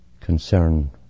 concern